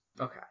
okay